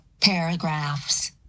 Paragraphs